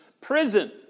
prison